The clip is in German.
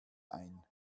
ein